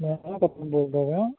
ਮੈਂ ਬੋਲਦਾ ਪਿਆ